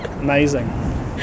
Amazing